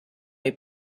est